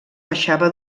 baixava